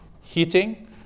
heating